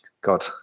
God